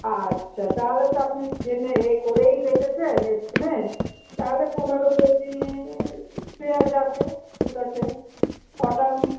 আচ্ছা তাহলে তো আপনি জেনে ইয়ে করেই রেখেছেন এস্টিমেট তাহলে পনেরো কেজি দেওয়া যাবে ঠিক আছে কটার